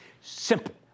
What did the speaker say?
Simple